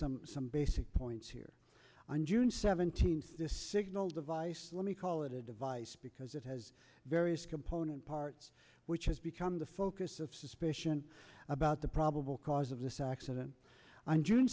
some some basic points here on june seventeenth signal device let me call it a device because it has various component parts which has become the focus of suspicion about the probable cause of this accident on june